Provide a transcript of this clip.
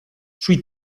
sui